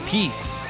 Peace